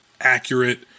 accurate